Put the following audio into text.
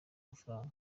amafaranga